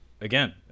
again